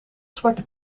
zwarte